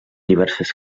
diverses